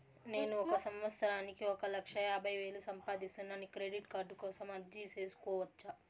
నేను ఒక సంవత్సరానికి ఒక లక్ష యాభై వేలు సంపాదిస్తాను, క్రెడిట్ కార్డు కోసం అర్జీ సేసుకోవచ్చా?